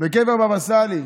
בקבר הבבא סאלי.